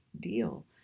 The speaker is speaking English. deal